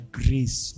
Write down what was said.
grace